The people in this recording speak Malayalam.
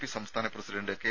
പി സംസ്ഥാന പ്രസിഡന്റ് കെ